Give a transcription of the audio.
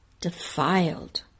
defiled